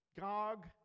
Gog